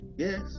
Yes